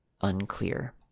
unclear